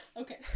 Okay